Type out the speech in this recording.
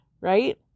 right